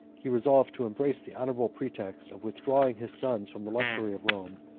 he resolved to embrace the honorable pretext of withdrawing his sons from the luxury of rome,